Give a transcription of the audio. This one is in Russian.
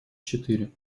четыре